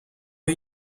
are